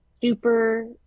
super